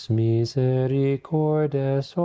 misericordes